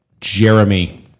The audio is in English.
Jeremy